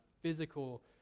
physical